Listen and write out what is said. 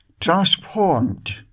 transformed